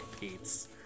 Pete's